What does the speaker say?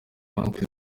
banki